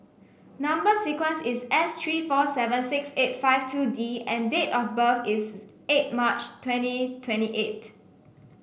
number sequence is S three four seven six eight five two D and date of birth is eight March twenty twenty eight